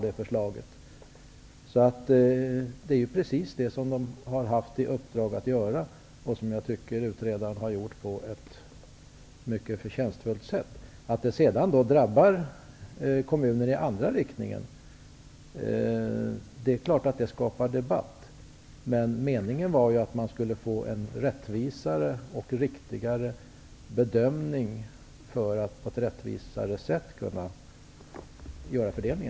Det är precis detta uppdrag som utredningen har haft, och detta tycker jag att man fullgjort på ett mycket förtjänstfullt sätt. Att det sedan drabbar kommuner i andra riktningen skapar naturligtvis debatt. Men meningen var ju att man skulle få ett underlag för att kunna göra en rättvisare fördelning.